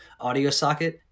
AudioSocket